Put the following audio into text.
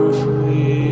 free